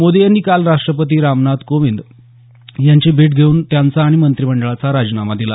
मोदी यांनी काल राष्ट्रपती रामनाथ कोविंद यांची काल भेट घेऊन त्यांचा आणि मंत्रीमंडळाचा राजिनामा दिला